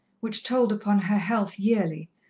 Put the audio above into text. which told upon her health yearly,